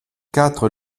quatre